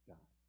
God